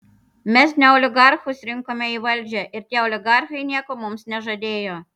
mes ne oligarchus rinkome į valdžią ir tie oligarchai nieko mums nežadėjo